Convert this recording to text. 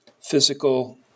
physical